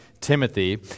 Timothy